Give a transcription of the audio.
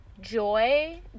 Joy